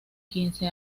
quince